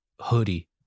hoodie